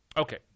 Okay